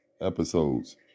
episodes